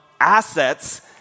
assets